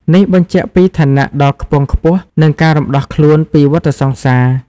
នេះបញ្ជាក់ពី ឋានៈដ៏ខ្ពង់ខ្ពស់ និងការរំដោះខ្លួន ពីវដ្តសង្សារ។